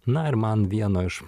na ir man vieną iš